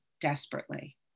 desperately